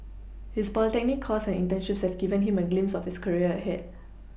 his polytechnic course and internships have given him a glimpse of his career ahead